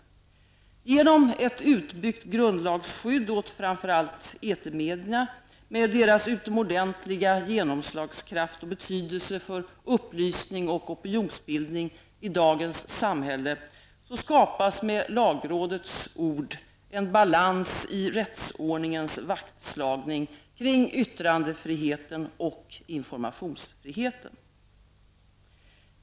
Genom ett utbyggt grundlagsskydd åt framför allt etermedierna med deras utomordentliga genomslagskraft och betydelse för upplysning och opinionsbildning i dagens samhälle skapas -- med lagrådets ord -- en balans i rättsordningens vaktslagning kring yttrandefriheten och informationsfriheten.